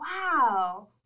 Wow